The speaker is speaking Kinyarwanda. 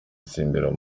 gutsindira